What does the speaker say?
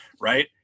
Right